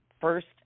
first